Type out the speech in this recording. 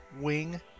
wing